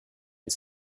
his